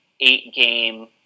eight-game